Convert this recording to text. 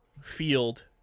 field